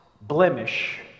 blemish